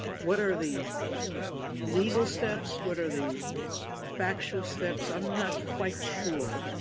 what are the legal steps? what are the factual steps? i'm not quite sure.